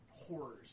horrors